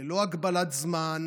ללא הגבלת זמן,